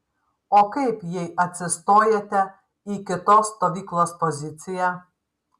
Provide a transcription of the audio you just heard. o kaip jei atsistojate į kitos stovyklos poziciją